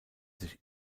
sich